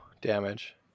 damage